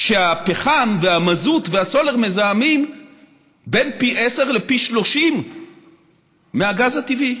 כשהפחם והמזוט והסולר מזהמים בין פי עשר לפי 30 מהגז הטבעי.